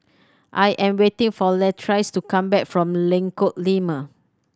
I am waiting for Latrice to come back from Lengkong Lima